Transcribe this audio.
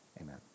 amen